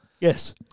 Yes